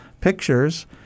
Pictures